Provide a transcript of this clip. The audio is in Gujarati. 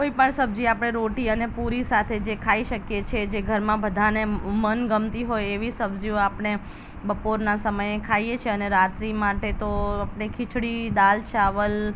કોઈ પણ સબ્જી આપણે રોટી અને પૂરી સાથે જે ખાઈ શકીએ છે જે ઘરમાં બધાને મ મનગમતી હોય એવી સબ્જીઓ આપણે બપોરના સમયે ખાઈએ છીએ અને રાત્રી માટે તો આપણે ખીચડી દાલ ચાવલ